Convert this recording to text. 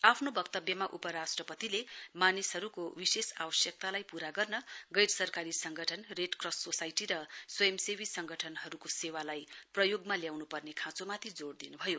आफ्नो वक्तव्यमा उपराष्ट्रपतिले मानिसहरुका विशेष आवश्यकलाई पूरा गर्न गैर सरकारी संगठन रेडक्रस सोसाइटी र स्वयंसेवी संगठनहरुको सेवाली प्रयोगमा ल्याउनुपर्ने खाँचोमाथि जोड़ दिनुभयो